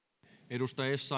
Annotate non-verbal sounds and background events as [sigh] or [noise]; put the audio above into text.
arvoisa [unintelligible]